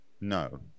no